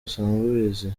usanzwe